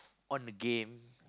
on the game